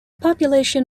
population